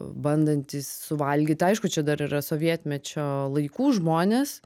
bandantys suvalgyt aišku čia dar yra sovietmečio laikų žmonės